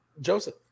Joseph